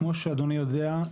כמו שאדוני יודע,